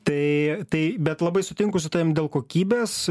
tai tai bet labai sutinku su tavim dėl kokybės